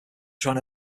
trying